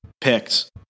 picked